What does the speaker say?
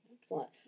Excellent